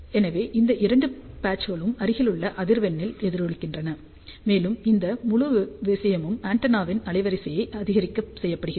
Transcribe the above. எனவே இந்த இரண்டு பட்ச்களும் அருகிலுள்ள அதிர்வெண்ணில் எதிரொலிக்கின்றன மேலும் இந்த முழு விஷயமும் ஆண்டெனாவின் அலைவரிசையை அதிகரிக்க செய்யப்படுகிறது